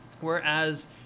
whereas